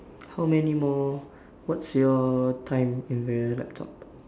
how many more what's your time in the laptop